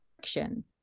action